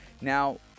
Now